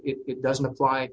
it doesn't apply